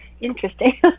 interesting